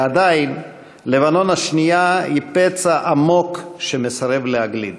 ועדיין מלחמת לבנון השנייה היא פצע עמוק שמסרב להגליד.